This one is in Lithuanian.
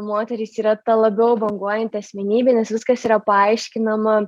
moterys yra ta labiau banguojanti asmenybė nes viskas yra paaiškinama